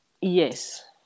yes